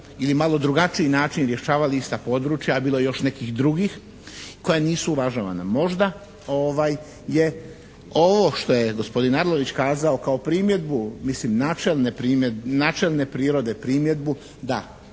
ili malo drugačiji način rješavali sa područja, bilo je još nekih drugih koja nisu uvažavana. Možda je ovo što je gospodin Arlović kazao kao primjedbu mislim načelne prirode primjedbu da